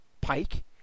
Pike